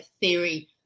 theory